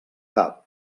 cap